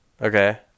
Okay